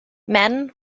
men